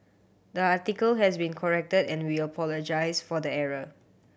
the article has been corrected and we apologise for the error